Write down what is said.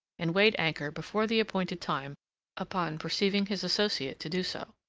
and weighed anchor before the appointed time upon perceiving his associate to do so.